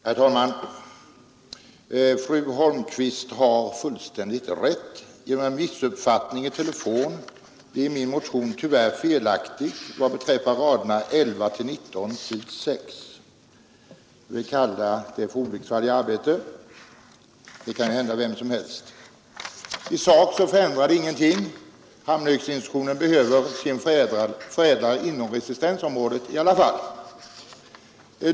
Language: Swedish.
Herr talman! Fru Holmqvist har fullständigt rätt. Genom en missuppfattning i telefon blev min motion tyvärr felaktig vad beträffar raderna 11—19 på s. 6. Jag får kalla det för ett olycksfall i arbetet, något som kan hända vem som helst. I sak förändrar det ingenting. Hammenhögsanstalten behöver ändå sin förädlare inom resistensområdet.